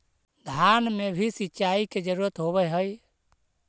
धान मे भी सिंचाई के जरूरत होब्हय?